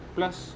Plus